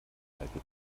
alten